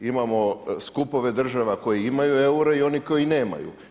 Imamo skupove država koji imaju eure i oni koji nemaju.